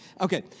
Okay